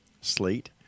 Slate